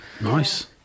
Nice